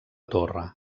torre